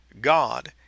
God